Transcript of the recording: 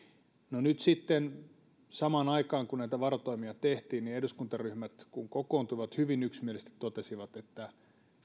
no nyt sitten samaan aikaan kun näitä varotoimia tehtiin niin eduskuntaryhmät kun ne kokoontuivat hyvin yksimielisesti totesivat että